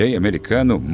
americano